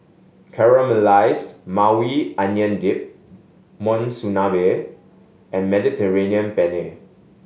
Caramelized Maui Onion Dip Monsunabe and Mediterranean Penne